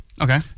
Okay